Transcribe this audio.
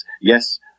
yes